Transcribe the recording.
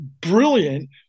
brilliant